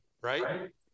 right